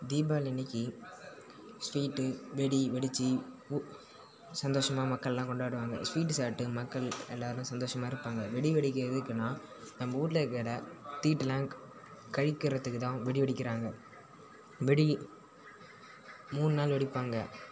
தீபாவளி அன்றைக்கி ஸ்வீட்டு வெடி வெடிச்சு உ சந்தோஷமாக மக்களெலாம் கொண்டாடுவாங்க ஸ்வீட் சாப்பிட்டு மக்கள் எல்லாரும் சந்தோஷமாக இருப்பாங்க வெடி வெடிக்கிறது எதுக்குன்னால் நம்ப வீட்ல இருக்கிற தீட்டெலாம் க கழிக்கிறதுக்கு தான் வெடி வெடிக்கிறாங்க வெடி மூணு நாள் வெடிப்பாங்க